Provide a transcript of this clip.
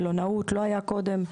מלונאות לא היה קודם.